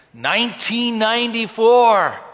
1994